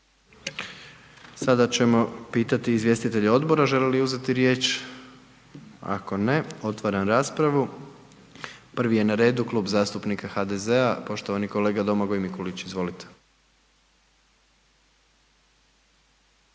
Sada ćemo pitati izvjestitelja odbora želi li uzeti riječ? Ako ne, otvaram raspravu. Prvi je na redu Klub zastupnika HDZ-a poštovani kolega Domagoj Mikulić. Izvolite.